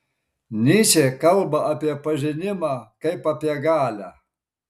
nyčė kalba apie pažinimą kaip apie galią